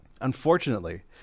Unfortunately